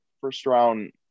first-round